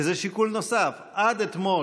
כי זה שיקול נוסף: עד אתמול,